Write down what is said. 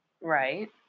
Right